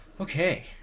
Okay